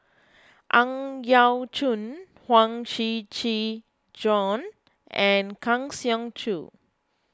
Ang Yau Choon Huang Shiqi Joan and Kang Siong Joo